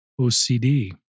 OCD